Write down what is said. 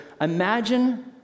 imagine